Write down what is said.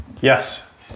Yes